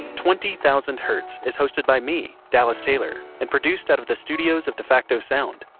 twenty thousand hertz is hosted by me, dallas taylor and produced out of the studios of defacto sound.